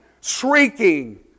shrieking